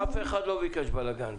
אף אחד לא ביקש בלגן.